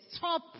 top